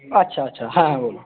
আচ্ছা আচ্ছা হ্যাঁ হ্যাঁ বলুন